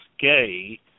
gay